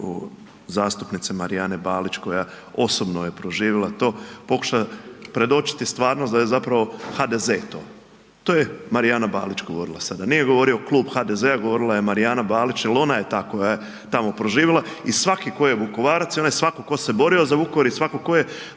zastupnice Marijane Balić koja osobno je proživjela to pokuša predočiti stvarnost da je zapravo HDZ to, to je Marijana Balić govorila sada, nije govorio Klub HDZ-a govorila je Marijana Balić jer ona je ta koja je tamo proživjela i svaki tko je Vukovarac i onaj svako ko se borio za Vukovar i svako ko